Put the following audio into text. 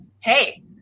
hey